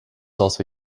also